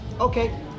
Okay